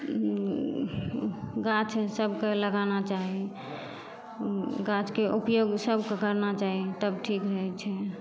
ओ हुह ओहि गाछ सबके लगाना चाही गाछके उपयोग सबके करना चाही तब ठीक रहै छै